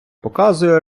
показує